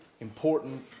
Important